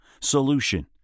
Solution